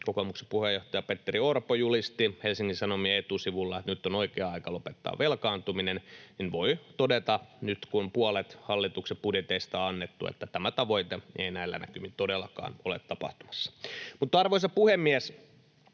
kokoomuksen puheenjohtaja Petteri Orpo, julisti Helsingin Sanomien etusivulla, että nyt on oikea aika lopettaa velkaantuminen, niin voi todeta nyt, kun puolet hallituksen budjeteista on annettu, että tämä tavoite ei näillä näkymin todellakaan ole tapahtumassa. Arvoisa puhemies!